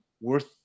worth